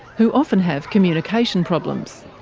who often have communication problems.